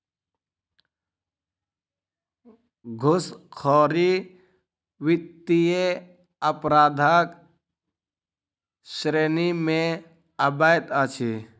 घूसखोरी वित्तीय अपराधक श्रेणी मे अबैत अछि